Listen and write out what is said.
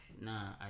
Nah